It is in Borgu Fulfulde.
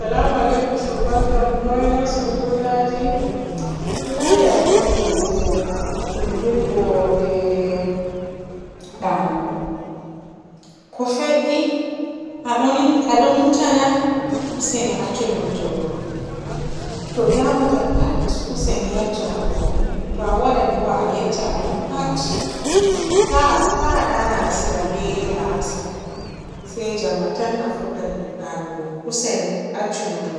Salama alaikum soobaju am noy? Noy sugullaji mi laari a ɗo maari firtirdingo be ndanugo. Ko fe'i? Aɗo num-numta na? Useni accu numturgo, to damata pat useni yeccu Allah. To a waada du'a a yecca Allah pat. Ta-ta ndana asira be la'asar se jemma tan a fuddan ndanugo, useni.